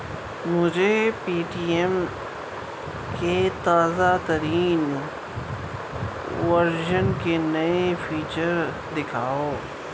مجھے P T M کے تازہ ترین ورژن کے نئے فیچر دکھاؤ